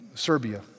Serbia